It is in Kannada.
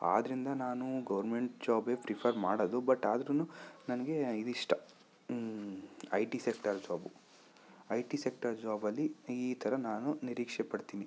ಆದ್ರಿಂದ ನಾನು ಗೋರ್ಮೆಂಟ್ ಜಾಬೇ ಪ್ರಿಫರ್ ಮಾಡೊದು ಬಟ್ ಆದ್ರೂ ನನಗೆ ಇದಿಷ್ಟ I T sector job I T sector ಜಾಬಲ್ಲಿ ಈ ಥರ ನಾನು ನಿರೀಕ್ಷೆಪಡ್ತೀನಿ